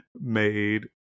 made